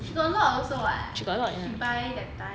she got a lot also [what] she buy that time